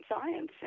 science